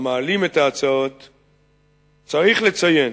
צריך לציין